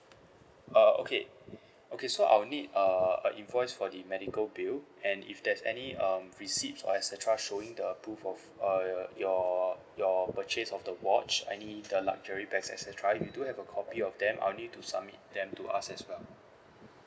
uh okay okay so I'll need uh a invoice for the medical bill and if there's any um receipt or et cetera showing the proof of err your your purchase of the watch any the luxury bag et cetera if you do have a copy of them I'll need you to submit them to us as well